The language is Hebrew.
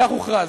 כך הוכרז: